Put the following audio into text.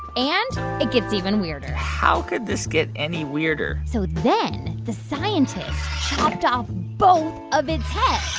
and it gets even weirder how could this get any weirder? so then the scientists chopped off both of its heads ah